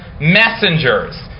messengers